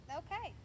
okay